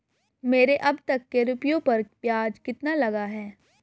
मेरे अब तक के रुपयों पर ब्याज कितना लगा है?